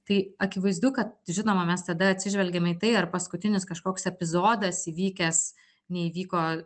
tai akivaizdu kad žinoma mes tada atsižvelgiam į tai ar paskutinis kažkoks epizodas įvykęs neįvyko